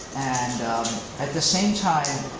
and at the same time,